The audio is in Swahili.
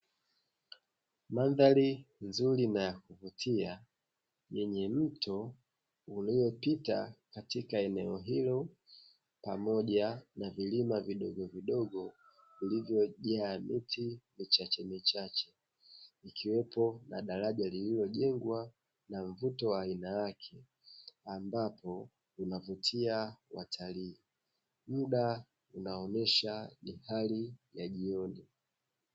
mandhari nzuri na ya kuvutia yenye mto uliopita katika eneo hilo pamoja na vilima vidogovidogo vilivyojaa miti michache, ikiwemo na daraja lililojengwa na mvuto wa aina yake ambapo linavutia watalii muda unaonesha ni hali ya jioni.